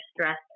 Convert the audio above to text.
stress